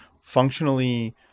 functionally